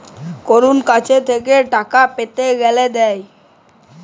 কারুর কাছ থেক্যে টাকা পেতে গ্যালে দেয়